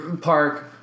park